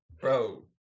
Bro